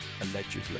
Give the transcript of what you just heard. allegedly